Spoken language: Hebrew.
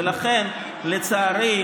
ולכן, לצערי,